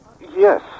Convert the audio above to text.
Yes